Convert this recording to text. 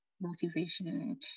motivation